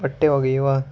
ಬಟ್ಟೆ ಒಗೆಯುವ